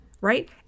right